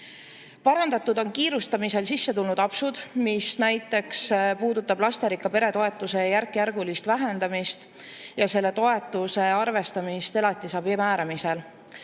Parandatud on kiirustamise tõttu sisse tulnud apsud, näiteks puudutab see lasterikka pere toetuse järkjärgulist vähendamist ja selle toetuse arvestamist elatisabi määramisel.